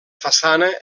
façana